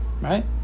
Right